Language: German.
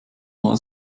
mal